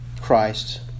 Christ